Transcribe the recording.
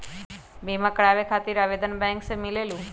बिमा कराबे खातीर आवेदन बैंक से मिलेलु?